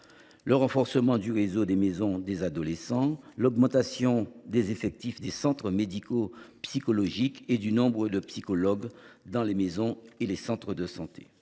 le renforcement du réseau des maisons des adolescents, l’augmentation des effectifs des centres médico psychologiques et du nombre de psychologues dans les maisons et les centres de santé.